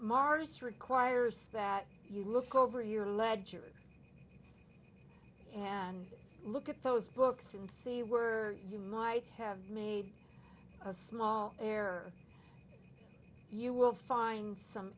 marcus requires that you look over your ledger and look at those books and see were you might have made a small error you will find some